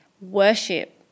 worship